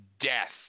death